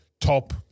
top